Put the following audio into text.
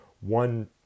one